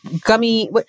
gummy